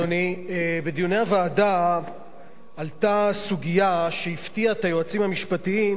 בדיוני הוועדה עלתה סוגיה שהפתיעה את היועצים המשפטיים,